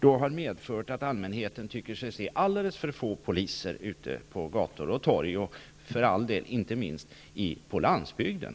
Det har medfört att allmänheten tycker sig se alldeles för få poliser ute på gator och torg -- inte minst på landsbygden.